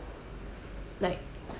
like